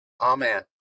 Amen